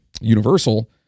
universal